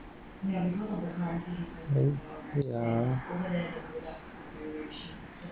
ya